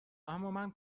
امامن